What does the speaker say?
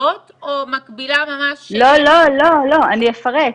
בכתוביות או מקבילה ממש שיש --- לא, אני אפרט.